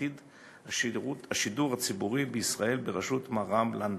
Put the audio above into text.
עתיד השידור הציבורי בישראל בראשות מר רם לנדס,